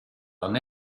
d’en